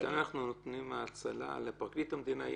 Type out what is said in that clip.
וכאן אנחנו נותנים האצלה למי?